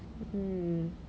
mm